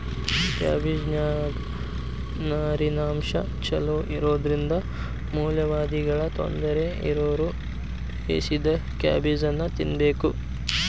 ಕ್ಯಾಬಿಜ್ನಾನ್ಯಾಗ ನಾರಿನಂಶ ಚೋಲೊಇರೋದ್ರಿಂದ ಮೂಲವ್ಯಾಧಿಗಳ ತೊಂದರೆ ಇರೋರು ಬೇಯಿಸಿದ ಕ್ಯಾಬೇಜನ್ನ ತಿನ್ಬೇಕು